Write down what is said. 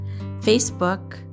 Facebook